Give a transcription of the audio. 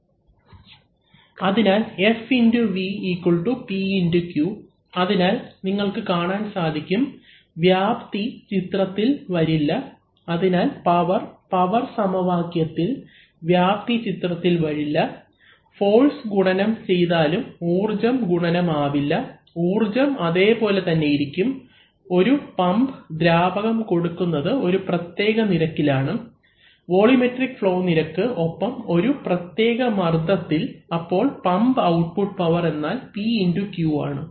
അതിനാൽ F x V P x Q അതിനാൽ നിങ്ങൾക്ക് കാണാൻ സാധിക്കും വ്യാപ്തി ചിത്രത്തിൽ വരില്ല അതിനാൽ പവർ പവർ സമവാക്യത്തിൽ വ്യാപ്തി ചിത്രത്തിൽ വരില്ല ഫോഴ്സ് ഗുണനം ചെയ്താലും ഊർജ്ജം ഗുണനം ആവില്ല ഊർജ്ജം അതേപോലെ തന്നെ ഇരിക്കും ഒരു പമ്പ് ദ്രാവകം കൊടുക്കുന്നത് ഒരു പ്രത്യേക നിരക്കിലാണ് വോള്യുമെട്രിക് ഫ്ളോ നിരക്ക് ഒപ്പം ഒരു പ്രത്യേക മർദ്ദത്തിൽ അപ്പോൾ പമ്പ് ഔട്ട്പുട്ട് പവർ എന്നാൽ P x Q ആണ്